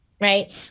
right